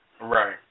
Right